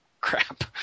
crap